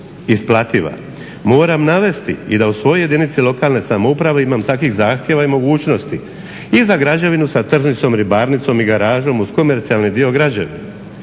isplativa. Moram navesti i da u svojoj jedinici lokalne samouprave imam takvih zahtjeva i mogućnosti i za građevinu sa tržnicom, ribarnicom i garažom uz komercijalni dio građe,